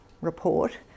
report